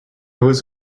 was